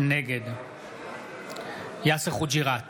נגד יאסר חוג'יראת,